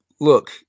Look